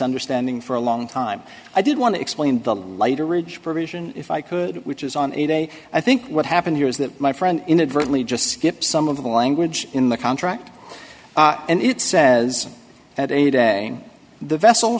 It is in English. understanding for a long time i did want to explain the lighter ridge provision if i could which is on a day i think what happened here is that my friend inadvertently just skip some of the language in the contract and it says that any day the vessel